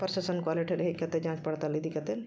procession ᱠᱚ ᱟᱞᱮᱴᱷᱮᱱ ᱦᱮᱡ ᱠᱟᱛᱮ ᱡᱟᱸᱪ ᱯᱟᱲᱛᱟᱞ ᱤᱫᱤ ᱠᱟᱛᱮ